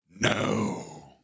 No